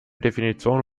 definition